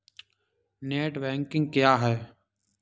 Net banking क्या है?